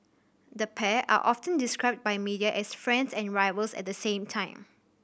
the pair are often described by media as friends and rivals at the same time